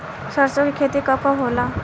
सरसों के खेती कब कब होला?